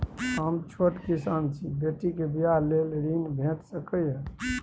हम छोट किसान छी, बेटी के बियाह लेल ऋण भेट सकै ये?